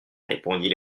répondit